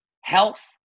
health